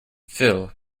phil